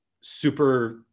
super